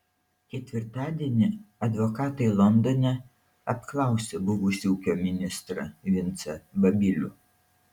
ketvirtadienį advokatai londone apklausė buvusį ūkio ministrą vincą babilių